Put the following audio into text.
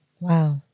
Wow